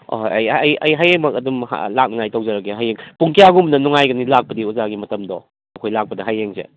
ꯑꯣꯍꯣꯏ ꯑꯩ ꯑꯩ ꯑꯩ ꯍꯌꯦꯡꯃꯛ ꯑꯗꯨꯝ ꯂꯥꯛꯅꯉꯥꯏ ꯇꯧꯖꯔꯒꯦ ꯍꯌꯦꯡ ꯄꯨꯡ ꯀ꯭ꯌꯥꯒꯨꯝꯕꯗ ꯅꯨꯡꯉꯥꯏꯒꯅꯤ ꯂꯥꯛꯄꯗꯤ ꯑꯣꯖꯥꯒꯤ ꯃꯇꯝꯗꯣ ꯑꯩꯈꯣꯏ ꯂꯥꯛꯄꯗ ꯍꯌꯦꯡꯁꯦ